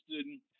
student